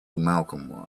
malcolm